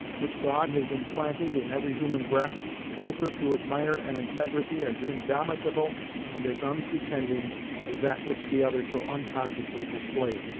which god has implanted in every human breast, told her to admire an integrity as indomitable and as unpretending as that which the other so unconsciously displayed.